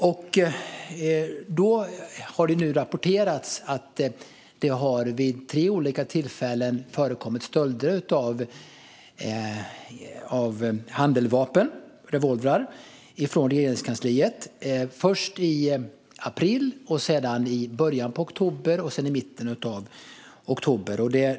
Nu har det rapporterats att det vid tre olika tillfällen förekommit stölder av handeldvapen, pistoler, från Regeringskansliet - först i april och sedan i början av oktober och i mitten av oktober.